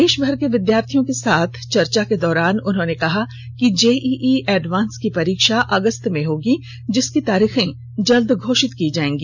देशभर के विद्यार्थियों के साथ चर्चा के दौरान उन्होंने कहा कि जे ई ई एडवान्स की परीक्षा अगस्त में होगी जिसकी तारीखें जल्द ही घोषित की जाएगी